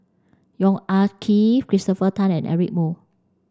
Yong Ah Kee Christopher Tan and Eric Moo